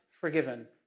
forgiven